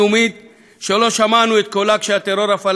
שלא שמענו את קולה כשהטרור הפלסטיני השתולל